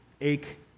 ache